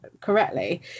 correctly